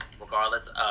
regardless